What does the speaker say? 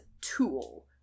tool